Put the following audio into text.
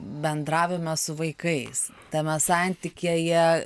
bendravime su vaikais tame santykyje jie